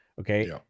okay